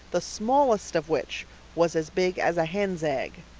the smallest of which was as big as a hen's egg.